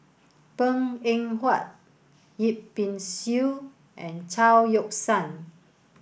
Png Eng Huat Yip Pin Xiu and Chao Yoke San